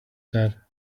said